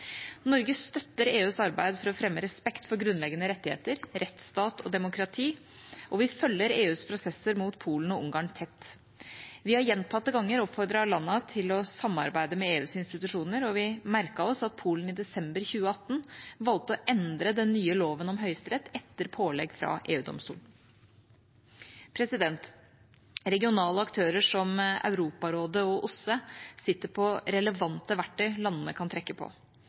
Norge støtter EUs arbeid for å fremme respekt for grunnleggende rettigheter, rettsstat og demokrati, og vi følger EUs prosesser mot Polen og Ungarn tett. Vi har gjentatte ganger oppfordret landene til å samarbeide med EUs institusjoner, og vi merket oss at Polen i desember 2018 valgte å endre den nye loven om høyesterett etter pålegg fra EU-domstolen. Regionale aktører som Europarådet og OSSE sitter på relevante verktøy landene kan trekke på.